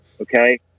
okay